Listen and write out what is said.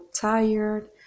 tired